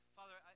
Father